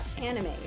anime